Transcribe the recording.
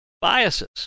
biases